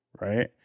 right